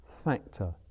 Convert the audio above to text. Factor